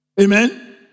Amen